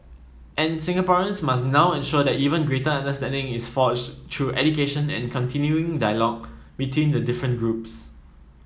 and Singaporeans must now ensure that even greater understanding is forged through education and continuing dialogue between the different groups